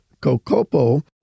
Kokopo